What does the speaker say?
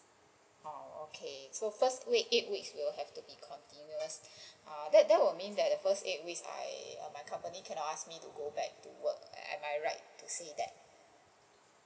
oh okay so first eight weeks will have to be continuous err that that would means I my company cannot ask me to go back to work am I right to say that